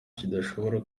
kidashobora